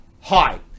Hi